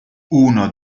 uno